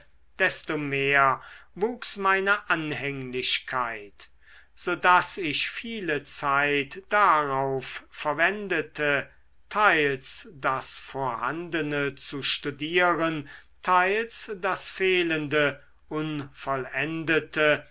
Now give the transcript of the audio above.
desto mehr wuchs meine anhänglichkeit so daß ich viele zeit darauf verwendete teils das vorhandene zu studieren teils das fehlende unvollendete